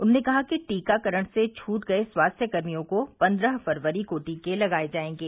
उन्होंने कहा कि टीकाकरण से छूट गये स्वास्थ्यकर्मियों को पन्द्रह फरवरी को टीके लगाए जायेंगे